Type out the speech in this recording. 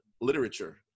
literature